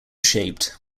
shaped